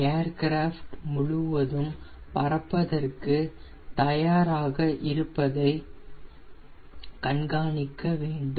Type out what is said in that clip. aircraft முழுவதும் பறப்பதற்க்கு தயாராக இருப்பதை கண்காணிக்க வேண்டும்